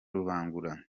rubangura